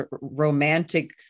romantic